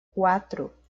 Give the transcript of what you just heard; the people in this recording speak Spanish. cuatro